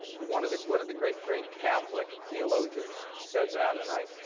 one of the, one of the great, great catholic theologians said that and i,